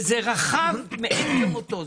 זה רחב מאין כמותו.